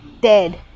dead